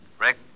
Rick